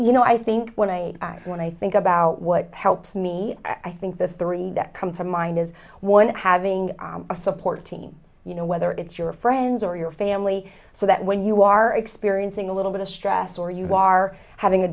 you know i think when i when i think about what helps me i think the three that come to mind is one having a support team you know whether it's your friends or your family so that when you are experiencing a little bit of stress or you are having a